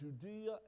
Judea